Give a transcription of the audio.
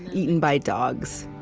eaten by dogs